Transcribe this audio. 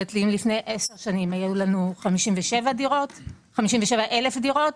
אם לפני עשר שנים היו לנו 57,000 דירות,